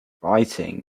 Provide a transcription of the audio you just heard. writing